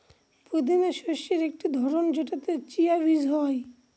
পুদিনা শস্যের একটি ধরন যেটাতে চিয়া বীজ হয়